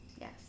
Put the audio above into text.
Yes